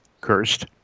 cursed